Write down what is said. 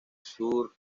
sur